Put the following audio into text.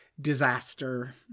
disaster